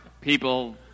people